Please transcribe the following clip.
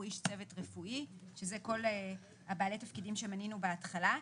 איש צוות רפואי שזה כל בעלי התפקידים שמנינו בהתחלה.